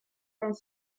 vingt